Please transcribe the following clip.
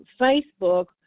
Facebook